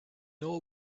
know